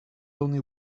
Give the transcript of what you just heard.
only